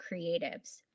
creatives